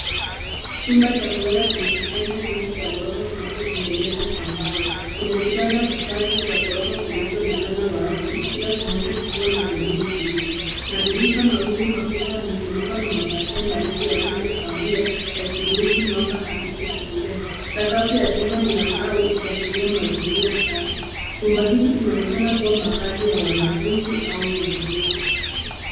Chumba cha kulala chenye vitanda vingi vya ghorofa vilivyotengenezwa kwa mbao. Kuna vitanda vitatu vya ghorofa vinavyoonekana wazi kila kimoja kikiwa na godoro tupu. Madirisha mawili makubwa yamefunikwa na mapazia marefu ya rangi ya kahawia yakiruhusu mwanga hafifu kuingia. Sakafu ya chumba ni cha mbao ikiashiria mazingira safi. Chumba hiki kinaonekana kuwa makazi ya wanafunzi au wageni.